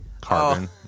Carbon